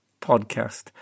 podcast